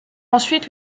ensuite